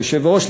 היושב-ראש,